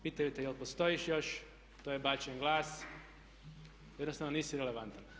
Pitaju te jel' postojiš još, to je bačen glas jednostavno nisi relevantan.